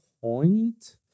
point